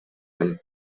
him